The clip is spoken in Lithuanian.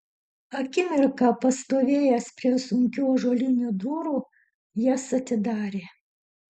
akimirką pastovėjęs prie sunkių ąžuolinių durų jas atidarė